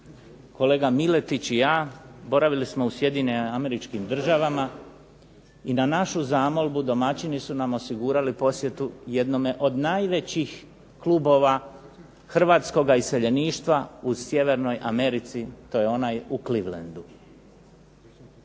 kolega Miletić i ja boravili smo u SAD i na našu zamolbu domaćini su nam osigurali posjetu jednome od najvećih klubova Hrvatskog iseljeništva u Sjevernoj Americi. To je onaj u Clevelandu.